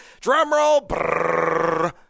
drumroll